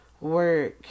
work